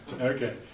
okay